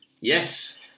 Yes